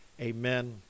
amen